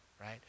right